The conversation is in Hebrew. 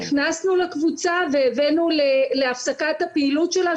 נכנסנו לקבוצה והבאנו להפסקת הפעילות שלה,